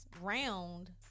round